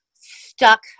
stuck